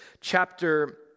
chapter